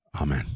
Amen